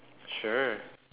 sure